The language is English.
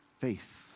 faith